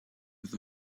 with